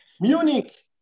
Munich